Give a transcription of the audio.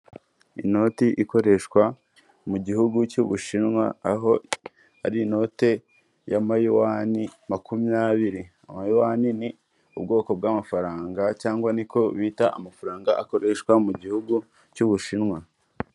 Inoti ikoreshwa mu gihugu cy'Ubushinwa, aho ari inote y'amayuwani makumyabiri, amayuwani ni ubwoko bw'amafaranga cyangwa niko bita amafaranga akoreshwa mu gihugu cy'Ubushinwa.